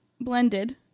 blended